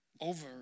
over